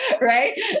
right